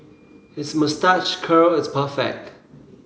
his moustache curl is perfect